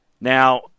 Now